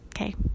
Okay